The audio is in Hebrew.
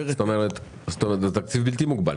זאת אומרת, זה תקציב בלתי מוגבל.